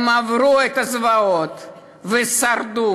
הם עברו את הזוועות ושרדו.